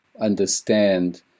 understand